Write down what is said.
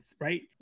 right